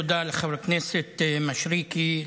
תודה לחבר הכנסת מישרקי,